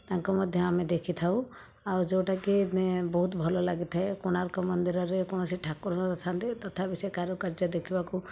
ତାଙ୍କୁ ମଧ୍ୟ ଆମେ ଦେଖିଥାଉ ଆଉ ଯେଉଁଟାକି ବହୁତ ଭଲଲାଗିଥାଏ କୋଣାର୍କ ମନ୍ଦିରରେ କୌଣସି ଠାକୁର ନଥାନ୍ତି ତଥାପି ସେ କାରୁକାର୍ଯ୍ୟ ଦେଖିବାକୁ